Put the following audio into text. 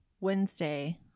Wednesday